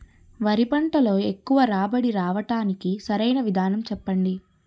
వరి పంటలో ఎక్కువ రాబడి రావటానికి సరైన విధానం చెప్పండి?